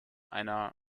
einer